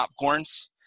popcorns